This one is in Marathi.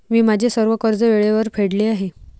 मी माझे सर्व कर्ज वेळेवर फेडले आहे